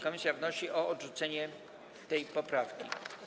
Komisja wnosi o odrzucenie tej poprawki.